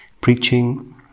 preaching